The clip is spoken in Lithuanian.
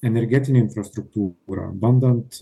energetinę infrastruktūrą bandant